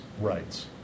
rights